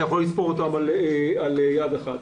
אתה יכול לספור אותן על אצבעות יד אחת.